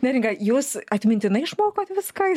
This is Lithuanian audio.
neringa jūs atmintinai išmokot viską